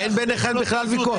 אין ביניכן ויכוח בכלל.